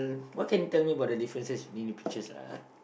what can you tell me about the differences between the pictures ah